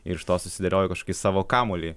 ir iš to susidėliojau kažkokį savo kamuolį